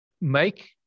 make